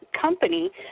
company